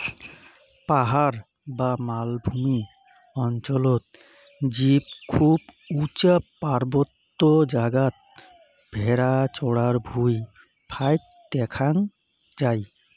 পাহাড় বা মালভূমি অঞ্চলত জীব খুব উচা পার্বত্য জাগাত ভ্যাড়া চরার ভুঁই ফাইক দ্যাখ্যাং যাই